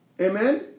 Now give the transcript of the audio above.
Amen